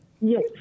Yes